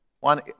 one